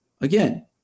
Again